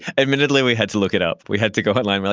admittedly, we had to look it up. we had to go online. we're